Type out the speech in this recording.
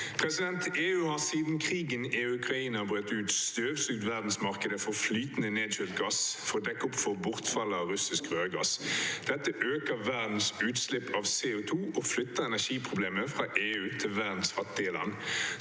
spørsmålet: «EU har siden krigen i Ukraina brøt ut, støvsugd verdensmarkedet for flytende nedkjølt gass (LNG) for å dekke opp for bortfallet av russisk rørgass. Dette øker verdens utslipp av CO2 og flytter energiproblemet fra EU til verdens fattige